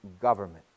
government